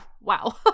Wow